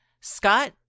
Scott